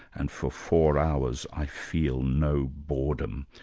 and for four hours i feel no boredom.